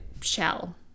Shell